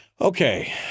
Okay